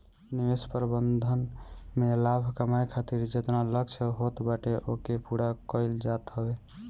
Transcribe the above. निवेश प्रबंधन में लाभ कमाए खातिर जेतना लक्ष्य होत बाटे ओके पूरा कईल जात हवे